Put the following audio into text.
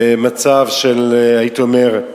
מצב של, הייתי אומר,